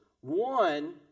One